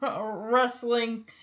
wrestling